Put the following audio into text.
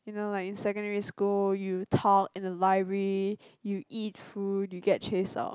you know right in secondary school you talk in the library you eat food you get chase out